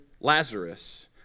Lazarus